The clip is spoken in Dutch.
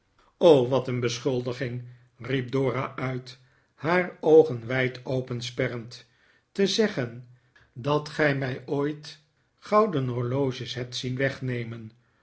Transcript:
o wat een beschuldiging riep dora uit haar oogen wijd opensperrend te zeggen dat gij mij ooit gouden horloges hebt zien weghemen